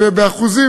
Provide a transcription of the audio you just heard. באחוזים,